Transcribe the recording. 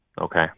Okay